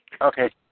Okay